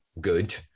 good